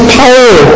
power